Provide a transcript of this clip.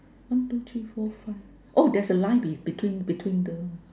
one two three four five oh there's a line be between between the